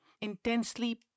intensely